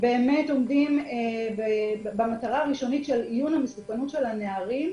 עומדים במטרה הראשונית של איון המסוכנות של הנערים,